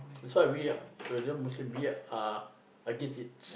that's why we are Muslim we are against it